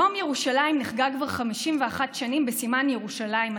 יום ירושלים נחגג כבר 51 שנים בסימן: ירושלים,